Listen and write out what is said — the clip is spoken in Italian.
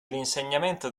l’insegnamento